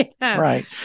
Right